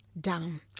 down